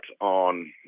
on